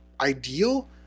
ideal